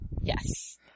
Yes